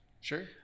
sure